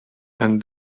and